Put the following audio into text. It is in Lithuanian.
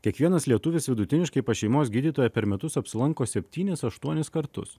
kiekvienas lietuvis vidutiniškai pas šeimos gydytoją per metus apsilanko septynis aštuonis kartus